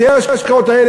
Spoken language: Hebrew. בתי-ההשקעות האלה,